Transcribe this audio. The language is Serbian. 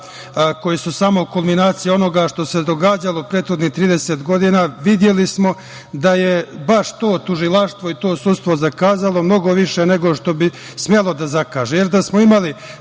koji su samo kulminacija onoga što se događalo prethodnih 30 godina, videli smo da je baš to tužilaštvo i to sudstvo zakazalo mnogo više nego što bi smelo da zakaže, jer da smo imali